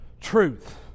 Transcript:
truth